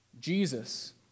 Jesus